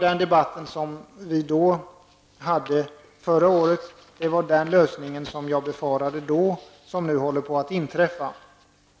Det var denna lösning som jag befarade under förra årets debatt.